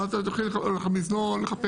ואז אתה הולך למזנון לחפש,